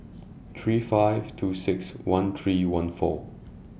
three five two six one three one four